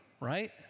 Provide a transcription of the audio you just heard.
right